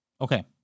okay